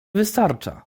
wystarcza